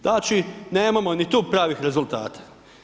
Znači nemamo ni tu pravih rezultata.